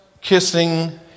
kissing